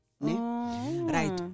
Right